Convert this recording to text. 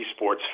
esports